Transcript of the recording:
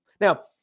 now